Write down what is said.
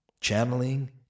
channeling